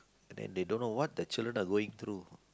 and then they don't know what the children are going through